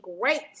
great